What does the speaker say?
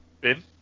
Ben